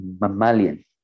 mammalian